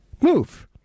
Move